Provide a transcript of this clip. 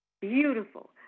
Beautiful